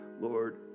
Lord